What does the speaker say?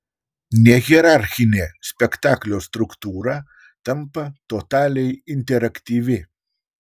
nehierarchinė spektaklio struktūra tampa totaliai interaktyvi